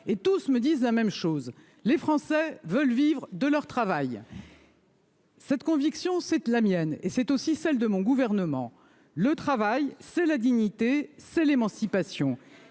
Or tous me disent la même chose : les Français veulent vivre de leur travail. Cette conviction, c'est aussi la mienne et c'est celle de mon gouvernement ; le travail, c'est la dignité, c'est l'émancipation.